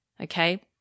okay